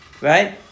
right